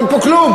אין פה כלום.